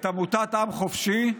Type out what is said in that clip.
את עמותת עם חופשי,